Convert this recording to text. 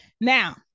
now